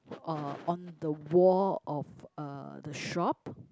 uh on the wall of uh the shop